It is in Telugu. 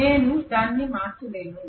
నేను దానిని మార్చలేను